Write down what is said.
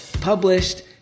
published